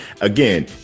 again